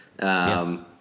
Yes